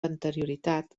anterioritat